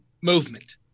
movement